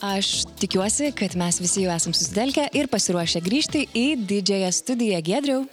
aš tikiuosi kad mes visi esam susitelkę ir pasiruošę grįžti į didžiąją studiją giedriau